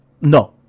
no